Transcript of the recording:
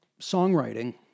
songwriting